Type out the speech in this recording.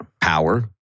power